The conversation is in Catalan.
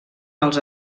els